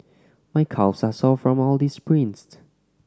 my calves are sore from all the sprints